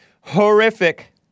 Horrific